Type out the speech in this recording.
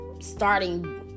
starting